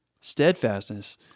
steadfastness